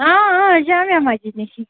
اۭں اۭں جامعہ مسجِد نِشی